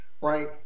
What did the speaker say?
right